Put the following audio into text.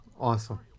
Awesome